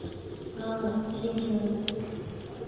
آ أسۍ چھِ جِم ٹرینر